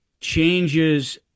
changes